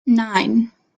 nine